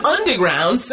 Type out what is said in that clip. Underground